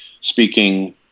Speaking